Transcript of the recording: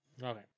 Okay